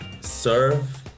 serve